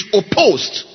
opposed